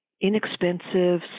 Inexpensive